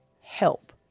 help